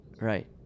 Right